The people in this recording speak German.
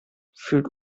fühlt